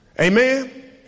Amen